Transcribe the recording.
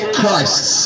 Christ